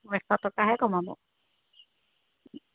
এশ টকাহে কমাব